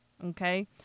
Okay